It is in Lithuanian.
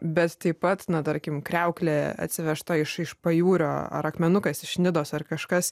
bet taip pat na tarkim kriauklė atsivežta iš iš pajūrio ar akmenukas iš nidos ar kažkas